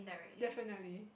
definitely